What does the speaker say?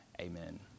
Amen